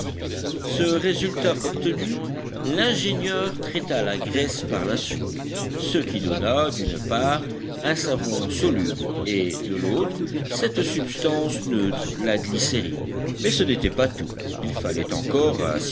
ce résultat obtenu l'ingénieur traita la graisse par la soude ce qui donna d'une part un savon soluble et de l'autre cette substance neutre la glycérine mais ce n'était pas tout il fallait encore